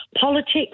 politics